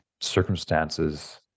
circumstances